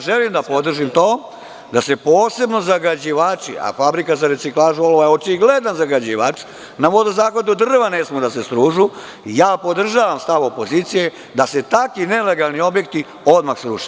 Želim da podržim to, da se posebno zagađivači, a fabrika za reciklažu olova je očigledan zagađivač, na vodozahvatu drva ne smeju da se stružu, i podržavam tu stav opozicije da se takvi nelegalni objekti odmah sruše.